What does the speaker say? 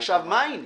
עכשיו, מה העניין?